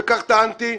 וכך טענתי,